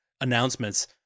announcements